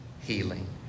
healing